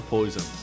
Poison